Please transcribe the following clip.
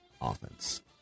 offense